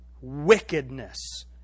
wickedness